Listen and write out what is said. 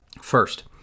First